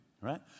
right